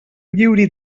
lliuri